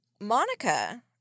Monica